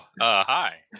Hi